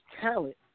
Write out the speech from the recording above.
talent